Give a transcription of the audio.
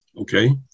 Okay